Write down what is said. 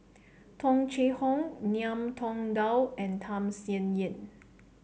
Tung Chye Hong Ngiam Tong Dow and Tham Sien Yen